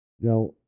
Now